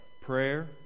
Prayer